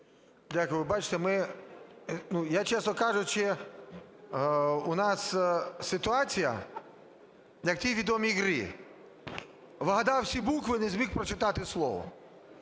Дякую. Чесно кажучи, у нас ситуація, як в тій відомій гр, вгадав всі букви, а не зміг прочитати слово.